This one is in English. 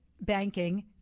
banking